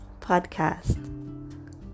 podcast